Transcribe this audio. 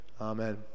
Amen